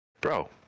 Bro